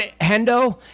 Hendo